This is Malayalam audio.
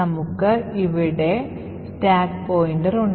നമുക്ക് ഇവിടെ സ്റ്റാക്ക് പോയിന്റർ ഉണ്ട്